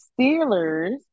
Steelers